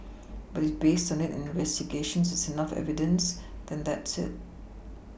but if based on it and investigations there's enough evidence then that's it